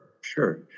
Sure